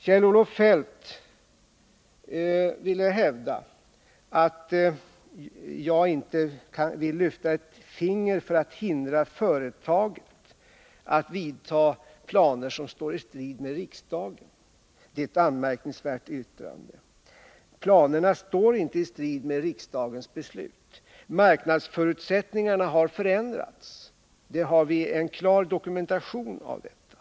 Kjell-Olof Feldt ville hävda att jag inte vill lyfta ett finger för att hindra företaget att vidta planer som står i strid med riksdagens beslut. Det är ett anmärkningsvärt yttrande. Planerna står inte i strid med riksdagens beslut. Marknadsförutsättningarna har förändrats — vi har en klar dokumentationav Nr 57 detta.